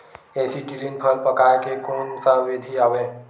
Acetylene फल पकाय के कोन सा विधि आवे?